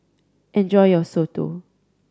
enjoy your soto